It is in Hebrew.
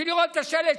בשביל לראות את השלט,